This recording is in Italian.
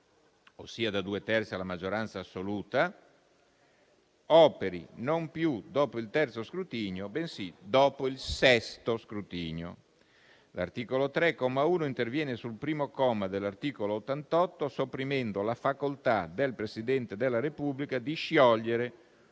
ossia da due terzi alla maggioranza assoluta, operi non più dopo il terzo scrutinio, bensì dopo il sesto scrutinio. L'articolo 3, comma 1, interviene sul primo comma dell'articolo 88, sopprimendo la facoltà del Presidente della Repubblica di sciogliere